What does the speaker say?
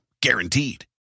Guaranteed